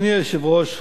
אדוני היושב-ראש,